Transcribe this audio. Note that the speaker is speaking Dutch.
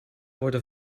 worden